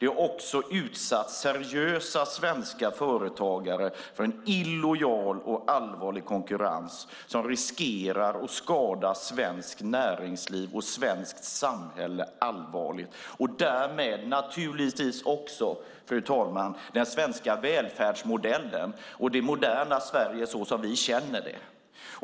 Det har också utsatt seriösa svenska företagare för en illojal och allvarlig konkurrens som riskerar att skada svenskt näringsliv och svenskt samhälle allvarligt och därmed naturligtvis också, fru talman, den svenska välfärdsmodellen och det moderna Sverige såsom vi känner det.